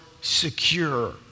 secure